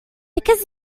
because